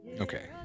Okay